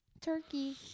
turkey